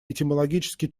этимологически